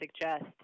suggest